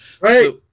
Right